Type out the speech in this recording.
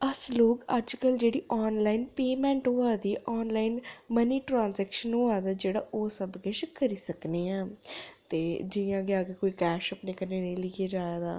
अस लोग अजकल जेह्ड़ी आनलाइन पेऽमैंट होआ दी आनलाइन मनी ट्रांजैक्शन होआ दा जेह्ड़ा ओह् सब किश करी सकने आं ते जि'यां कि कोई कैश अपने कन्नै नेईं लेइयै जा दा